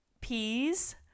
peas